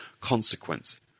consequence